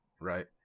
Right